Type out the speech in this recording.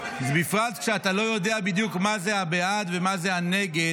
בפרט כשאתה לא יודע בדיוק מה זה הבעד ומה זה הנגד,